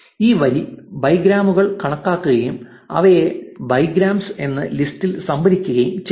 ഈ വരി ബൈഗ്രാമുകൾ കണക്കാക്കുകയും അവയെ ബൈഗ്രാംസ് എന്ന ലിസ്റ്റിൽ സംഭരിക്കുകയും ചെയ്യും